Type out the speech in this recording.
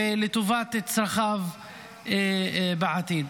ולטובת צרכיו בעתיד.